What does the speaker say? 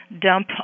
dump